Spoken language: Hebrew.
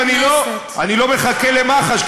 אני לא מחכה למח"ש,